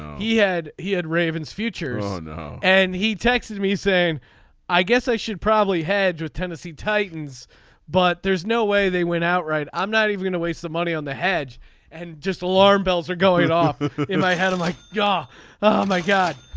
he had he had ravens futures on and he texted me saying i guess i should probably hedge with tennessee titans but there's no way they win outright. i'm not even going to waste the money on the hedge and just alarm bells are going off in my head i'm like ya ah my god.